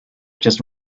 just